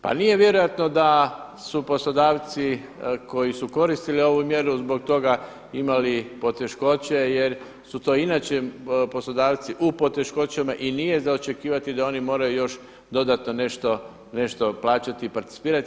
Pa nije vjerojatno da su poslodavci koji su koristili ovu mjeru zbog toga imali poteškoće, jer su to inače poslodavci u poteškoćama i nije za očekivati da oni moraju još dodatno nešto plaćati i participirati.